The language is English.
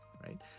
right